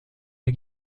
der